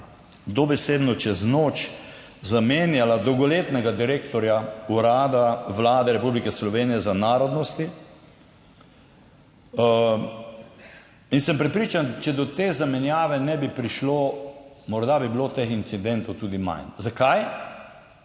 dobesedno čez noč zamenjala dolgoletnega direktorja Urada Vlade Republike Slovenije za narodnosti. In sem prepričan, če do te zamenjave ne bi prišlo, morda bi bilo teh incidentov tudi manj. Zakaj?